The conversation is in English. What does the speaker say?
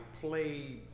play